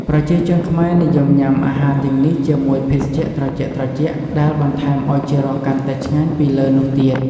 ប្រជាជនខ្មែរ និយមញុាំអាហារទាំងនេះជាមួយភេសជ្ជៈត្រជាក់ៗ ដែលបន្ថែមឱជារសកាន់តែឆ្ងាញ់ពីលើនោះទៀត។